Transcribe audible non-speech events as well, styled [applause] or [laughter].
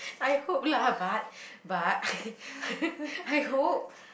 I hope lah but but [laughs] I hope